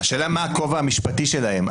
השאלה מה הכובע המשפטי שלהם.